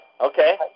Okay